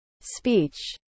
speech